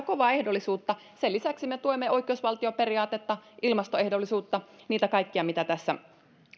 kovaa ehdollisuutta sen lisäksi me tuemme oikeusvaltioperiaatetta ilmastoehdollisuutta niitä kaikkia mitä tässä